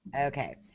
Okay